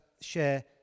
share